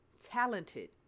talented